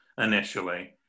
initially